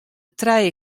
trije